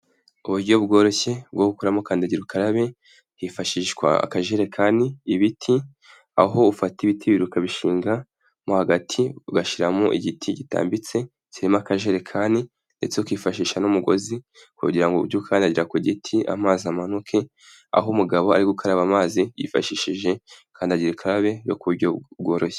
Uburyo bworoshye bwo gukuramo kandagira ukarabe hifashishwa akajerekani, ibiti, aho ufata ibiti bibiri ukabishinga, mo hagati ugashyiramo igiti kitambitse kirimo akajerekani ndetse ukifashisha n'umugozi kugira ujye ukandagira ku giti amazi amanuke, aho umugabo ari gukaraba amazi yifashishije kandagira ukarabe yo ku buryo bworoshye.